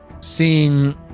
seeing